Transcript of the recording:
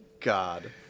God